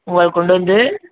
உங்களுக்கு கொண்டு வந்து